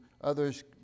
others